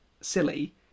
silly